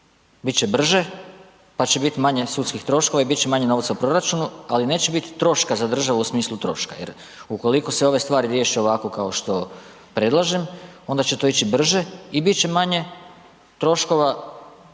će brže pa će bit manje sudskih troškova i bit će manje novca u proračunu ali neće biti troška za državu u smislu troška jer ukoliko se ove stvari riješe ovako kao što predlažem onda će to ići brže i bit će manje troškova